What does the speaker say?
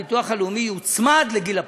הביטוח הלאומי יוצמד לגיל הפרישה,